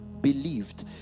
believed